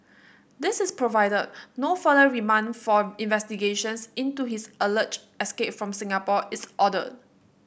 this is provided no further remand for investigations into his alleged escape from Singapore is ordered